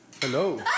Hello